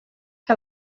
que